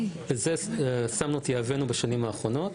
שעל זה שמנו את יהבנו בשנים האחרונות,